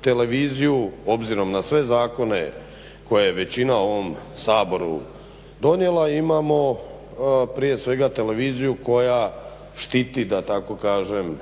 televiziju obzirom na sve zakone koje je većina u ovom Saboru donijela, imamo prije svega televiziju koja štiti vlast, samo